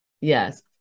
Yes